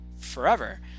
forever